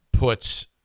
Puts